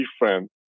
different